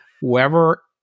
whoever